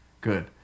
Good